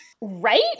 Right